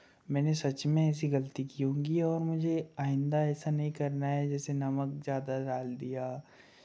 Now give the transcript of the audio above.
मैंने सच में ऐसी गलती की होगी और मुझे आइंदा ऐसा नहीं करना है जैसे नमक ज़्यादा डाल दिया